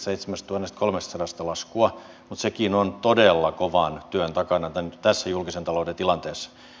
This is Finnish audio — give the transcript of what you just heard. mutta sekin on todella kovan työn takana tässä julkisen talouden tilanteessa